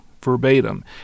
verbatim